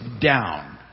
down